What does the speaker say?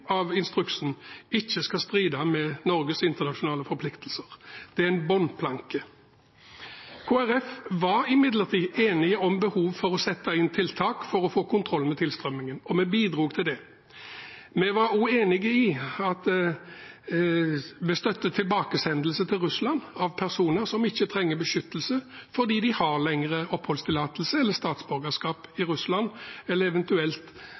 av instruksen ikke skal være i strid med Norges internasjonale forpliktelser. Det er en bunnplanke. Kristelig Folkeparti var imidlertid enig i behovet for å sette inn tiltak for å få kontroll med tilstrømmingen, og vi bidro til det. Vi var også enig i tilbakesendelse til Russland av personer som ikke trenger beskyttelse fordi de har lengre oppholdstillatelse eller statsborgerskap i Russland, eller eventuelt